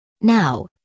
Now